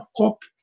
copy